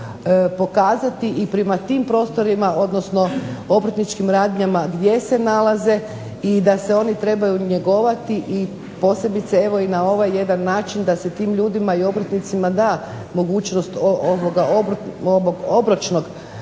trebalo pokazati i prema tim prostorima, odnosno obrtničkim radnjama gdje se nalaze i da se oni trebaju njegovati i posebice evo i na ovaj jedan način da se tim ljudima i obrtnicima da mogućnost obročne otplate